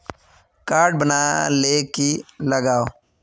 Card बना ले की लगाव?